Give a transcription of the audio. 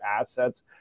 assets